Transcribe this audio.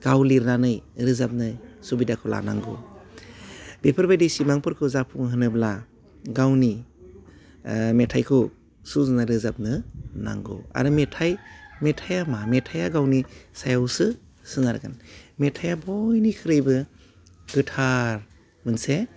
गाव लिरनानै रोजाबनो सुबिदाखौ लानांगौ बेफोर बायदि सिमांफोरखौ जाफुंहोनोब्ला गावनि ओह मेथाइखौ सुजुना रोजाबनो नांगौ आरो मेथाइ मेथाइआ मा मेथाइआ गावनि सायावसो सोनारगोन मेथाइआ बयनिख्रुइबो गोथार मोनसे